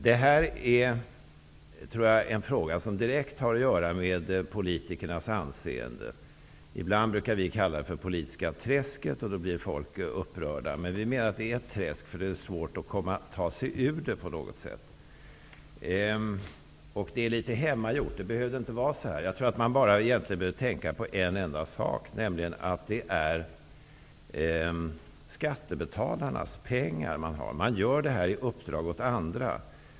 Jag tror att detta är en fråga som direkt har att göra med politikernas anseende. Ibland brukar vi kalla det för det politiska träsket. Då blir folk upprörda. Vi menar att det är ett träsk, eftersom det är svårt att ta sig ur det på något sätt. Det är litet hemmagjort. Det behöver inte vara så här. Jag tror att man bara behöver tänka på en enda sak, nämligen att det är skattebetalarnas pengar man använder. Man gör detta på uppdrag av andra.